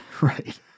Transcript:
Right